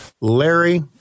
Larry